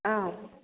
ꯑꯥꯎ